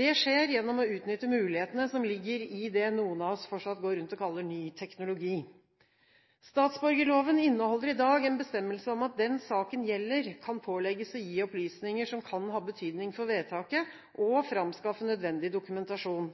Det skjer gjennom å utnytte mulighetene som ligger i det noen av oss fortsatt går rundt og kaller ny teknologi. Statsborgerloven inneholder i dag en bestemmelse om at den saken gjelder, kan pålegges å gi opplysninger som kan ha betydning for vedtaket, og framskaffe nødvendig dokumentasjon.